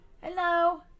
Hello